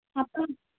அப்பளம்